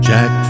Jack